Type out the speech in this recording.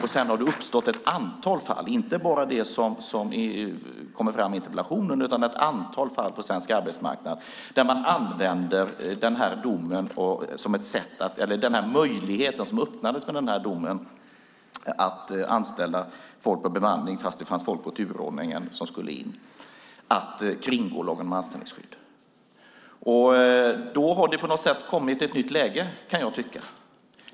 Det har sedan uppstått ett antal fall på den svenska arbetsmarknaden, inte bara de som kommer fram i interpellationen, där den här domen öppnade möjligheten att anställa folk från bemanningsföretag, fast det fanns folk som skulle in enligt turordningen, och kringgå lagen om anställningsskydd. Då har det på något sätt kommit i ett nytt läge, kan jag tycka.